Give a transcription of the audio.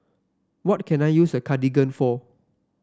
what can I use Cartigain for